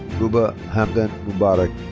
ruba hamdan mubarak.